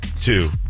Two